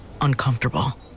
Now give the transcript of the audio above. uncomfortable